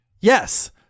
Yes